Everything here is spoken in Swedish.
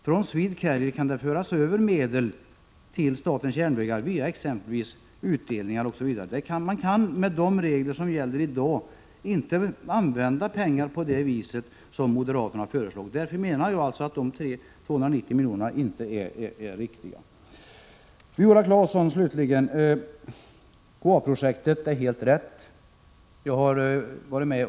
Från SwedeCarrier kan det föras över medel till statens järnvägar via utdelningar osv. Med de regler som gäller i dag kan man inte använda pengar på det sätt som moderaterna har föreslagit. Därför menar jag att det som sagts om de 290 miljonerna inte är riktigt. Slutligen till Viola Claesson: Hon har helt rätt beträffande KAA utredningen.